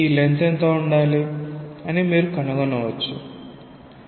ఈ లెన్త్ ఎంత ఉండాలి అని మీరు కనుగొనవచ్చు